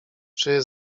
czy